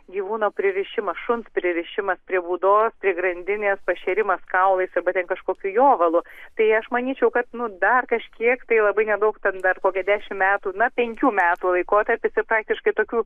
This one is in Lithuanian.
gyvūno pririšimas šuns pririšimas prie būdos prie grandinės pašėrimas kaulais arba kažkokiu jovalu tai aš manyčiau kad nu dar kažkiek tai labai nedaug tad dar kokią dešimt metų na penkių metų laikotarpis tai praktiškai tokių